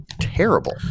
terrible